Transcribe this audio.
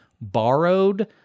borrowed